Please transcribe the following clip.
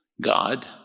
God